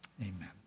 amen